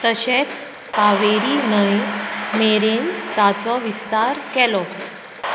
तशेंच कावेरी न्हंय मेरेन ताचो विस्तार केलो